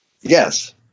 Yes